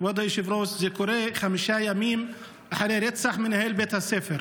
זה קורה חמישה ימים אחרי רצח מנהל בית הספר.